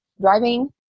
driving